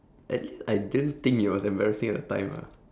actually I didn't think it was embarrassing at the time lah